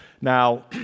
Now